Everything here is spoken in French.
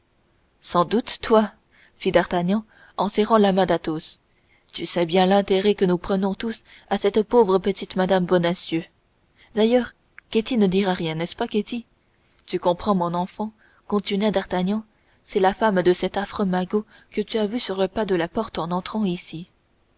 sans doute vous fit d'artagnan en serrant la main d'athos vous savez bien l'intérêt que nous prenons tous à cette pauvre petite mme bonacieux d'ailleurs ketty ne dira rien n'est-ce pas ketty tu comprends mon enfant continua d'artagnan c'est la femme de cet affreux magot que tu as vu sur le pas de la porte en entrant ici